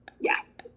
Yes